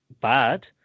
bad